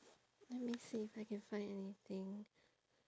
let me see if I can find anything